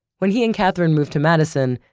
when he and katherine moved to madison,